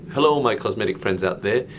hello my cosmetic friends out there.